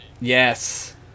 Yes